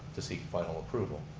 to seek final approval.